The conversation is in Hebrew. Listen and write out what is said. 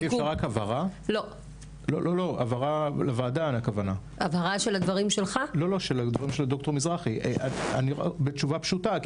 אפשר בבקשה הבהרה על הדברים של דר' מזרחי בתשובה פשוטה?